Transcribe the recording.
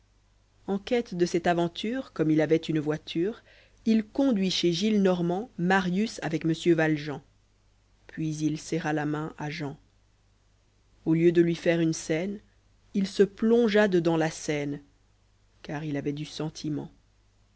en quête de cette aventure comme il avait une voiture il conduit chez gillenormand marius avec monsieur valjean puis il serra la main à jean au lieu de lui faire une scène il se plongea dedans la seine car il avait du sentiment